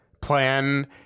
plan